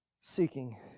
Seeking